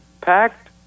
packed